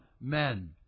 men